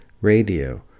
radio